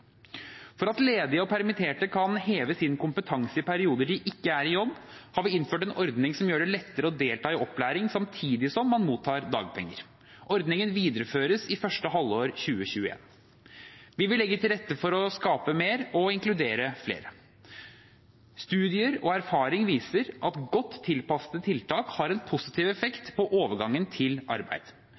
For at ledige og permitterte kan heve sin kompetanse i perioder de ikke er i jobb, har vi innført en ordning som gjør det lettere å delta i opplæring samtidig som man mottar dagpenger. Ordningen videreføres i første halvår 2021. Vi vil legge til rette for å skape mer og inkludere flere. Studier og erfaring viser at godt tilpassede tiltak har en positiv effekt på overgangen til arbeid.